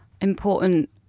important